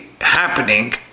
happening